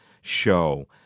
show